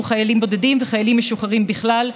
חיילים בודדים וחיילים משוחררים בכלל,